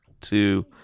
two